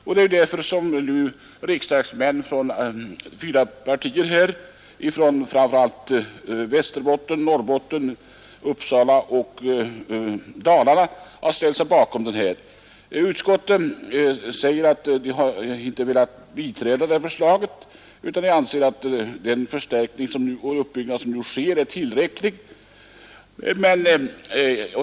Bakom motionen står riksdagsmän från fyra partier representerande framför allt Västerbottens, Norrbottens, Uppsala och Kopparbergs län. Utskottet har inte velat biträda förslaget utan anser att den förstärkning och uppbyggnad som nu sker är tillräcklig.